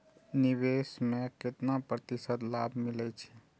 निवेश में केतना प्रतिशत लाभ मिले छै?